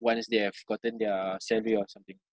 once they have gotten their salary or something